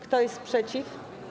Kto jest przeciw?